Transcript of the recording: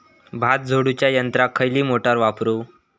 भात झोडूच्या यंत्राक खयली मोटार वापरू?